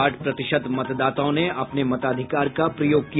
साठ प्रतिशत मतदाताओं ने अपने मताधिकार का प्रयोग किया